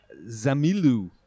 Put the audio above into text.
Zamilu